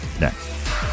next